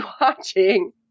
watching